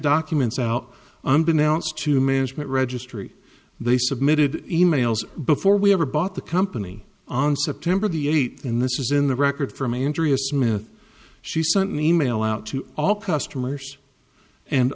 documents out and announced to management registry they submitted e mails before we ever bought the company on september the eighth in this is in the record from andrea smith she sent an e mail out to all customers and